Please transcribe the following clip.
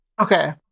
Okay